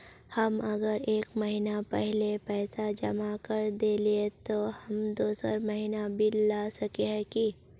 हम अगर एक महीना पहले पैसा जमा कर देलिये ते हम दोसर महीना बिल ला सके है की?